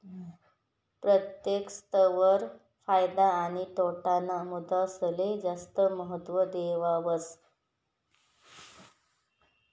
प्रत्येक स्तर वर फायदा आणि तोटा ना मुद्दासले जास्त महत्व देवावस